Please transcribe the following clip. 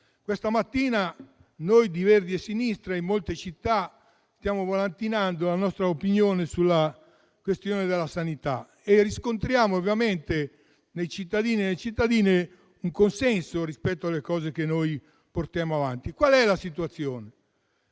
Questa mattina noi di Verdi e Sinistra in molte città stiamo distribuendo volantini sulla nostra opinione sulla questione della sanità e riscontriamo ovviamente nei cittadini e nelle cittadine un consenso rispetto a quanto portiamo avanti. Qual è la situazione?